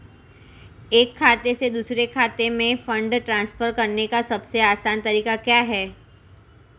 एक खाते से दूसरे खाते में फंड ट्रांसफर करने का सबसे आसान तरीका क्या है?